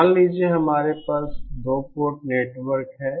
मान लीजिए हमारे पास 2 पोर्ट नेटवर्क है